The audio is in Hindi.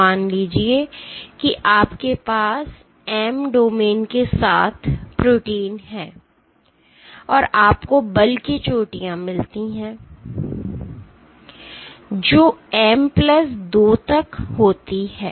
मान लीजिए कि आपके पास एम डोमेन के साथ प्रोटीन है और आपको बल की चोटियां मिलती हैं जो M प्लस 2 तक होती हैं